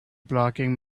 blocking